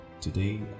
today